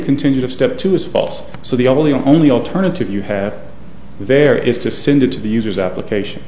continued of step two is false so the only only alternative you have there is to send it to the user's application